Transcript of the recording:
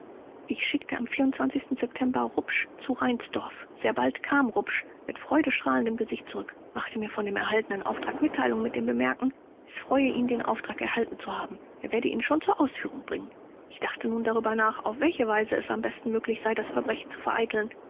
ich schickte am september rupsch zu reinsdorf sehr bald kam rupsch mit freudestrahlendem gesicht zurück machte mir von dem erhaltenen auftrag mitteilung mit dem bemerken es freue ihn den auftrag erhalten zu haben er werde ihn schon zur ausführung bringen ich dachte nun darüber nach auf welche weise es am besten möglich sei das verbrechen zu vereiteln